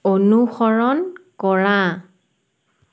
অনুসৰণ কৰা